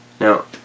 Now